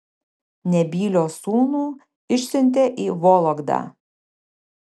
nebylio sūnų išsiuntė į vologdą